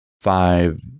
five